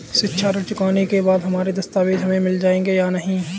शिक्षा ऋण चुकाने के बाद हमारे दस्तावेज हमें मिल जाएंगे या नहीं?